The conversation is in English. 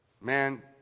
Man